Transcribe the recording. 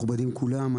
מכובדים כולם,